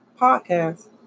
podcast